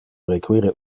require